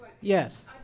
Yes